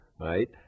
right